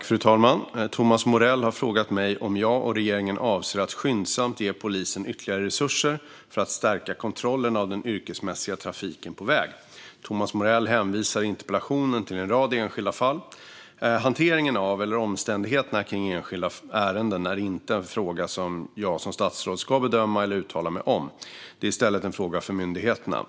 Fru talman! Thomas Morell har frågat mig om jag och regeringen avser att skyndsamt ge polisen ytterligare resurser för att stärka kontrollerna av den yrkesmässiga trafiken på väg. Thomas Morell hänvisar i interpellationen till en rad enskilda fall. Hanteringen av eller omständigheterna kring enskilda ärenden är inte en fråga som jag som statsråd ska bedöma eller uttala mig om. Det är i stället en fråga för myndigheterna.